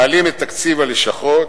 מעלים את תקציב הלשכות,